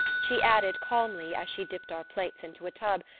she added calmly, as she dipped our plates into a tub,